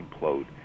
implode